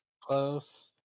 close